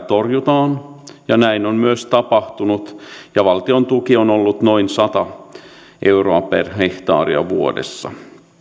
torjutaan ja näin on myös tapahtunut ja valtion tuki on ollut noin sata euroa per hehtaari vuodessa